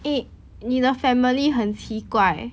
eh 你的 family 很奇怪